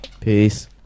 Peace